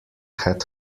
had